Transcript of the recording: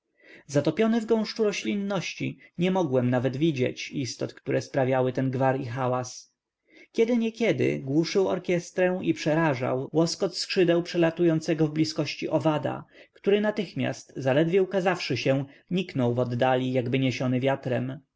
zatopiony w gąszczu roślinności nie mogłem nawet widzieć istot które sprawiały ten gwar i hałas kiedy niekiedy głuszył orkiestrę i przerażał łoskot skrzydeł przelatującego w blizkości owadu który natychmiast zaledwie ukazawszy się niknął w oddali jakby